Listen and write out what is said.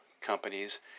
companies